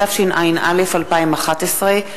התשע”א 2011,